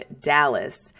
Dallas